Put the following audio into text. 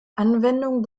anwendungen